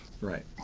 right